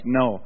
no